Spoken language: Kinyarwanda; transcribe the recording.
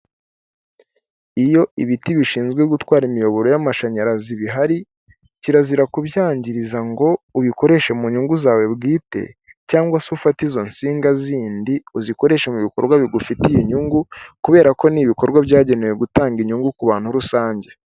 Iyo ibiti bishinzwe gutwara imiyoboro y'amashanyarazi bihari, kirazira kubyangiriza ngo ubikoreshe mu nyungu zawe bwite cyangwa se ufata izo nsinga zindi uzikoreshe mu bikorwa bigufitiye inyungu, kubera ko ni ibikorwa byagenewe gutanga inyungu ku bantu rusange.